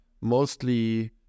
mostly